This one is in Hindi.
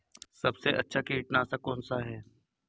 सबसे अच्छा कीटनाशक कौन सा है?